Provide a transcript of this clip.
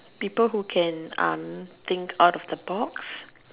people who can um think out of the box